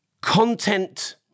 content